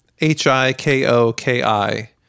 H-I-K-O-K-I